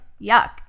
yuck